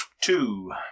Two